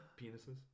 penises